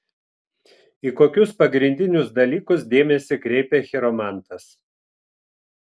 į kokius pagrindinius dalykus dėmesį kreipia chiromantas